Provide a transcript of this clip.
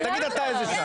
אתה תגיד באיזו שעה.